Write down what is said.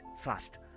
fast